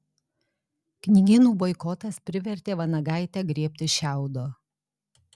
knygynų boikotas privertė vanagaitę griebtis šiaudo